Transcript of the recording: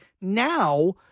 Now